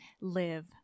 live